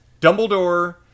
Dumbledore